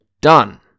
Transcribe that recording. Done